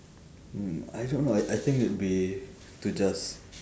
mm I don't know I I think it would be to just